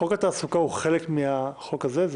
חוק התעסוקה הוא חלק מהחוק הזה?